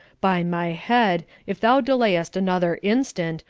by my head, if thou delayest another instant,